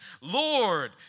Lord